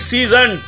Season